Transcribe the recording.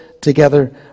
together